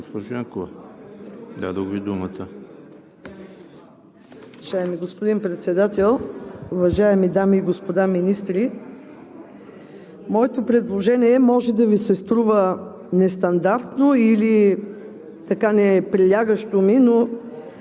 дадох Ви думата.